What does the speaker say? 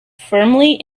firmly